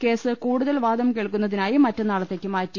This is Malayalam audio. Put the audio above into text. കേസ് കൂടുതൽ വാദം കേൾക്കുന്നതിനായി മറ്റന്നാളത്തേക്ക് മാറ്റി